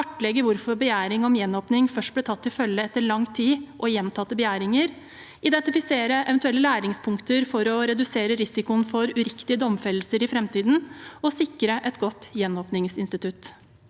kartlegge hvorfor begjæring om gjenåpning først ble tatt til følge etter lang tid og gjentatte begjæringer, identifisere eventuelle læringspunkter for å redusere risikoen for uriktige domfellelser i framtiden og sikre et godt gjenåpningsinstitutt.